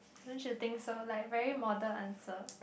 don't you think so like very model answer